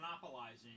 monopolizing